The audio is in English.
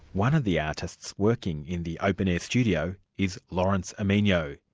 one of the artists working in the open-air studio, is lawrence omeenyo.